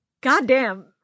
Goddamn